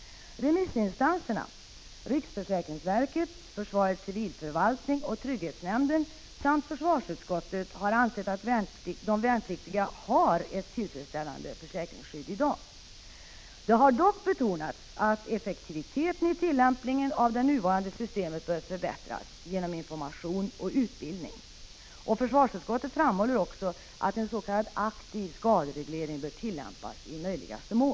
Remissinstanserna — riksförsäkringsverket, försvarets civilförvaltning och trygghetsnämnden samt försvarsutskottet — har ansett att de värnpliktiga har ett tillfredsställande försäkringsskydd i dag. Det har dock betonats att effektiviteten i tillämpningen av det nuvarande systemet bör förbättras genom information och utbildning. Försvarsutskottet framhåller också att en s.k. aktiv skadereglering bör tillämpas i möjligaste mån.